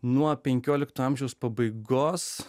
nuo penkiolikto amžiaus pabaigos